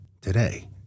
today